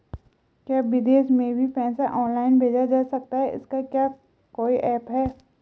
क्या विदेश में भी पैसा ऑनलाइन भेजा जा सकता है इसका क्या कोई ऐप है?